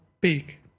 big